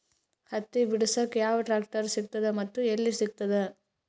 ಹತ್ತಿ ಬಿಡಸಕ್ ಯಾವ ಟ್ರಾಕ್ಟರ್ ಸಿಗತದ ಮತ್ತು ಎಲ್ಲಿ ಸಿಗತದ?